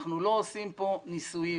אנחנו לא עושים כאן ניסויים,